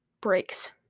breaks